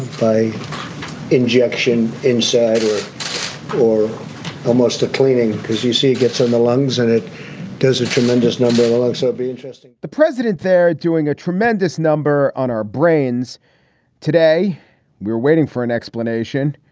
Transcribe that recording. by injection inside or or almost a cleaning? because you see it gets in the lungs and it does. a tremendous number will also be interesting the president there doing a tremendous number on our brains today. we we're waiting for an explanation,